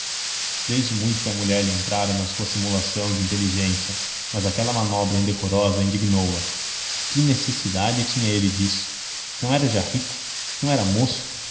desde muito que a mulher lhe entrava na sua simulação de inteligência mas aquela manobra indecorosa indignou a que necessidade tinha ele disso não era já rico não era moço